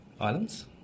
Islands